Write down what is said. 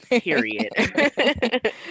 period